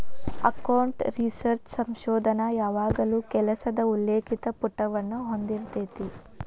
account research ಸಂಶೋಧನ ಯಾವಾಗಲೂ ಕೆಲಸದ ಉಲ್ಲೇಖಿತ ಪುಟವನ್ನ ಹೊಂದಿರತೆತಿ